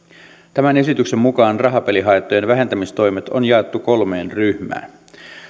tämän esityksen mukaan rahapelihaittojen vähentämistoimet on jaettu kolmeen ryhmään